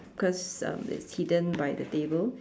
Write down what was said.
because um it's hidden by the table